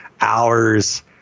hours